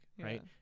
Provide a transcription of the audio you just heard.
right